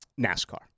NASCAR